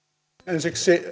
ensiksi